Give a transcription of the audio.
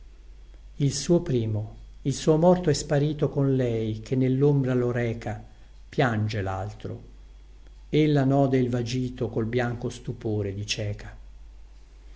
il suo primo il suo morto è sparito con lei che nellombra lo reca piange laltro ella node il vagito col bianco stupore di cieca